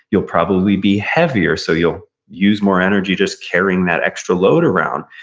you'll probably be heavier, so you'll use more energy just carrying that extra load around.